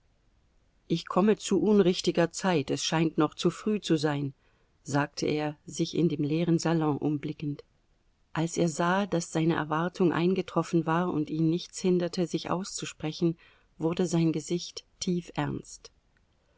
ich komme zu unrichtiger zeit es scheint noch zu früh zu sein sagte er sich in dem leeren salon um blickend als er sah daß seine erwartung eingetroffen war und ihn nichts hinderte sich auszusprechen wurde sein gesicht tiefernst